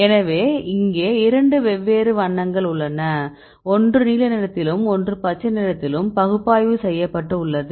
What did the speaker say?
எனவே இங்கே இரண்டு வெவ்வேறு வண்ணங்கள் உள்ளன ஒன்று நீல நிறத்திலும் ஒன்று பச்சை நிறத்திலும் பகுப்பாய்வு செய்யப்பட்டு உள்ளது